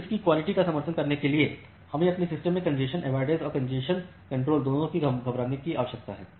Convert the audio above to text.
service की quality का समर्थन करने के लिए हमें अपने सिस्टम में कॅन्जेशन अवोइडेन्स और साथ ही कॅन्जेशन कंट्रोल दोनों को चलाने की आवश्यकता है